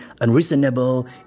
unreasonable